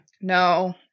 No